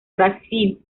brasil